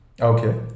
Okay